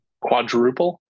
Quadruple